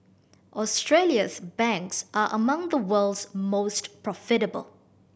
Australia's banks are among the world's most profitable